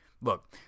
look